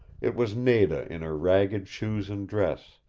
it was nada in her ragged shoes and dress,